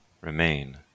remain